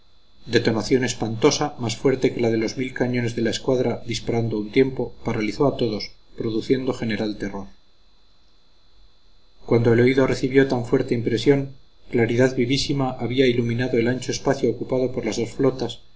detonación espantosa más fuerte que la de los mil cañones de la escuadra disparando a un tiempo paralizó a todos produciendo general terror cuando el oído recibió tan fuerte impresión claridad vivísima había iluminado el ancho espacio ocupado por las dos flotas